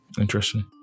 Interesting